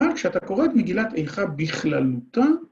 רק כשאתה קורא את מגילת איכה בכללותה